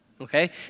okay